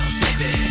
baby